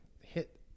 hit